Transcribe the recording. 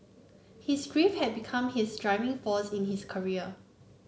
his grief had become his driving force in his career